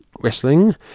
Wrestling